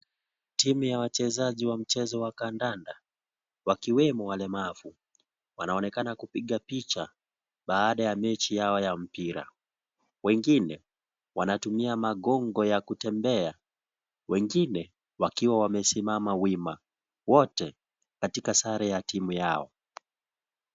Timu ya mchezo ya wachezaji wa kandanda, wakiwemo walemavu. Wanaonekana kupiga picha baada ya mechi yao ya mpira. Wengine wanatumia magongo ya kutembea wengine wakiwa wamesimama wima. Wote katika sare ya timu yao.